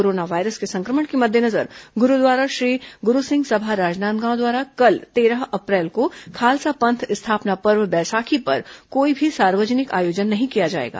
corona virus के संक्रमण के मद्देनजर गुरूद्वारा श्री गुरूसिंह सभा राजनांदगांव द्वारा कल तेरह अप्रैल को खालसा पंथ स्थापना पर्व बैशाखी पर कोई भी सार्वजनिक आयोजन नहीं किया जाएगा